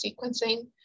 sequencing